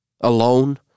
alone